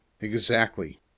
Exactly